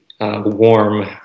Warm